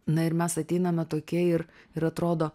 na ir mes ateiname tokie ir ir atrodo